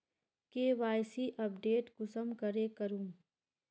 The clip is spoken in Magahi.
के.वाई.सी अपडेट कुंसम करे करूम?